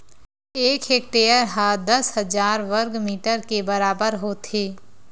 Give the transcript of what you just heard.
एक हेक्टेअर हा दस हजार वर्ग मीटर के बराबर होथे